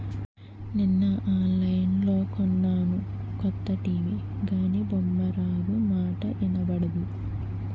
నిన్న ఆన్లైన్లో కొన్నాను కొత్త టీ.వి గానీ బొమ్మారాదు, మాటా ఇనబడదు